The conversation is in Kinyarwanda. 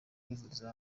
kwivuriza